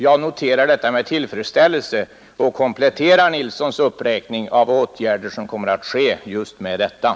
Jag noterar detta med tillfredsställelse och kompletterar just med detta herr Nilssons uppräkning av åtgärder som kommer att vidtas.